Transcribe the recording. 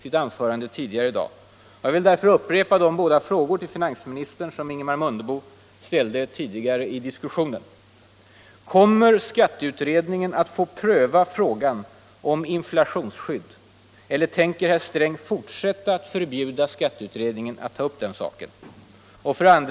Jag vill därför upprepa de båda frågor till finansministern som Ingemar Mundebo ställde förut i diskussionen. Kommer skatteutredningen att få pröva frågan om inflationsskydd eller tänker herr Sträng fortsätta att förbjuda skatteutredningen att ta upp den saken?